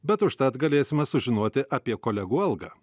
bet užtat galėsime sužinoti apie kolegų algą